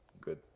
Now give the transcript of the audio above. Good